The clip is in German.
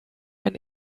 ein